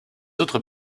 autres